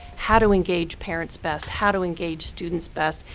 how to engage parents best, how to engage students best,